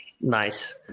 nice